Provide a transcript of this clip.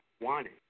wanted